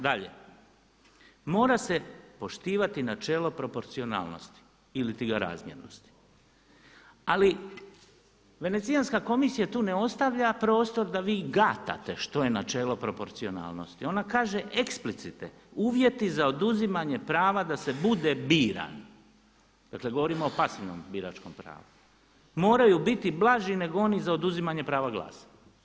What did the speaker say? Dalje, mora se poštivati načelo proporcionalnosti iliti ga razmjernosti, ali Venecijanska komisija tu ne ostavlja prostor da vi gatate što je načelo proporcionalnosti, onda kaže eksplicite, uvjeti za oduzimanje prava da se bude biran, dakle govorimo o pasivnom biračkom pravu, moraju biti blaži nego oni za oduzimanje prava glasa.